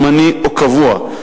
זמני או קבוע,